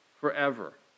forever